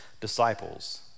disciples